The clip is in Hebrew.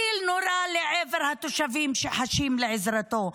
טיל נורה לעבר התושבים שחשים לעזרתו.